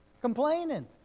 complaining